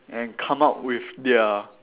and come up with their